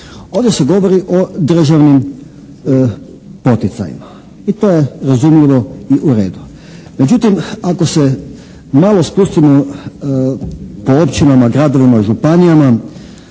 ovdje se govori o državnim poticajima i to je razumljivo i u redu. Međutim, ako se malo spustimo po općinama, gradovima, županijama